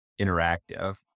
interactive